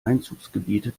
einzugsgebiete